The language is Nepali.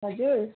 हजुर